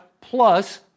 plus